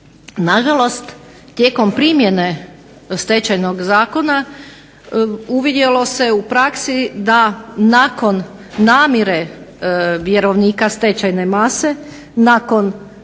Na žalost, tijekom primjene tog Stečajnog zakona uvidjelo se u praksi da nakon namjere vjerovnika stečajne mase, nakon